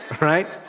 right